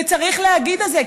וצריך להגיד את זה,